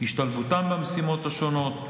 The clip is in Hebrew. השתלבותם במשימות השונות,